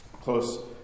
close